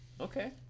Okay